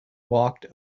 walked